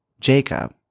Jacob